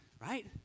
right